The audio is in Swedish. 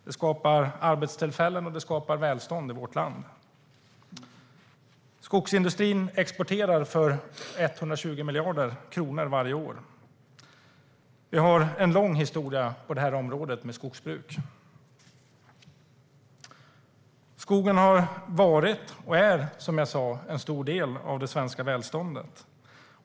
Det skapar arbetstillfällen och välstånd i vårt land. Skogsindustrin exporterar för 120 miljarder kronor varje år. Vi har en lång historia av skogsbruk. Skogen har varit och är, som jag sa, en stor del av det svenska välståndet.